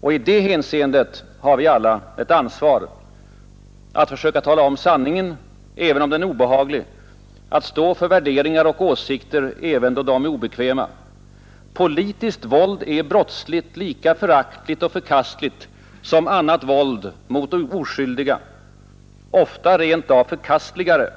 Och i det hänseendet har vi alla ett ansvar. Att söka tala om sanningen, även om den är obehaglig. Att stå för värderingar och åsikter, även då de är obekväma. Politiskt våld är brottsligt, lika föraktligt och förkastligt som annat våld mot oskyldiga, ofta rent av förkastligare,